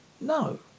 No